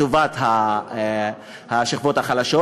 לטובת השכבות החלשות.